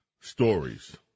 stories